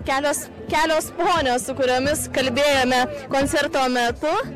kelios kelios ponios su kuriomis kalbėjome koncerto metu